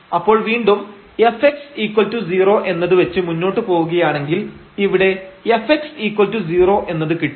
അപ്പോൾ വീണ്ടും fx 0 എന്നത് വെച്ച് മുന്നോട്ടു പോവുകയാണെങ്കിൽ ഇവിടെ fx0 എന്നത് കിട്ടും